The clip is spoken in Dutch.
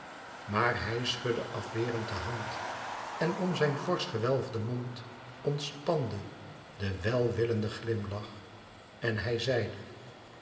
maar hij schudde afwerend de hand en om zijn forsch gewelfden mond ontspande de welwillende glimlach en hij zeide